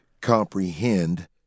comprehend